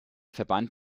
verband